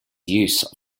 use